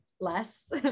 less